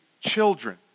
children